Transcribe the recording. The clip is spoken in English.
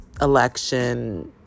election